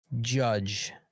judge